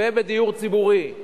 ובדיור ציבורי.